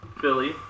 Philly